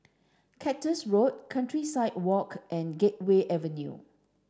Cactus Road Countryside Walk and Gateway Avenue